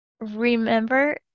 remember